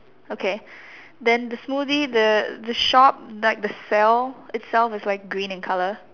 okay then the smoothie the the shop like the sail itself is like green in color